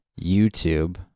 YouTube